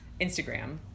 Instagram